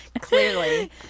Clearly